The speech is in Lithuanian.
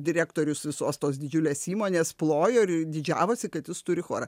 direktorius visos tos didžiulės įmonės plojo ir didžiavosi kad jis turi chorą